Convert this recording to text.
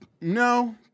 no